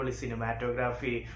cinematography